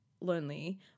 lonely